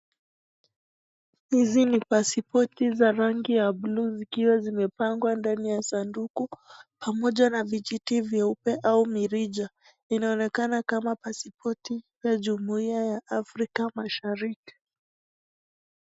Hizi ni pasipoti za rangi ya bluu zikiwa vimepangwa ndani ya sanduku pamoja na vijiti nyeupe ama mirija. Inaonekana kama pasipoti ya jumuia ya Afrika mashariki.